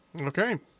Okay